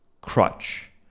crutch